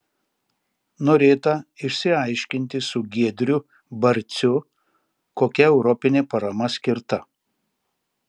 norėta išsiaiškinti su giedriu barciu kokia europinė parama skirta